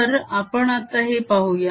तर आपण आता हे पाहूया